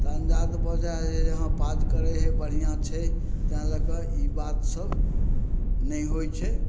तऽ अन्दाज भऽ जाइ हइ करय हइ बढ़िआँ छै तेँ लअ कऽ ई बात सब नहि होइ छै